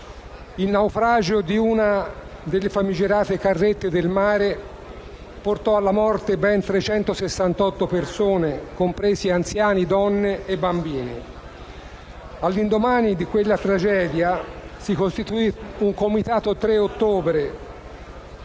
Il naufragio di una delle famigerate carrette del mare portò alla morte ben 368 persone, compresi anziani, donne e bambini. All'indomani di quella tragedia si costituì il Comitato 3 ottobre,